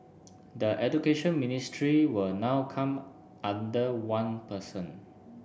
the Education Ministry will now come under one person